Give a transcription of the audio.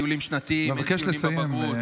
יש שביתה, אין טיולים שנתיים, אין ציונים לבגרות.